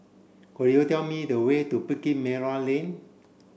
could you tell me the way to Bukit Merah Lane